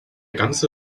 ganze